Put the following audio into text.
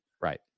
right